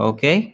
Okay